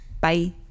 Bye